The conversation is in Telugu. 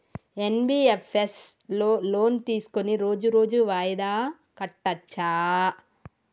ఎన్.బి.ఎఫ్.ఎస్ లో లోన్ తీస్కొని రోజు రోజు వాయిదా కట్టచ్ఛా?